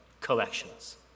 collections